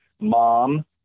mom